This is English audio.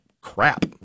crap